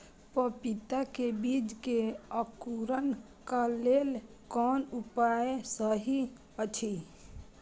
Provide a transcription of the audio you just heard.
पपीता के बीज के अंकुरन क लेल कोन उपाय सहि अछि?